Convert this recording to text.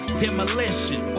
demolition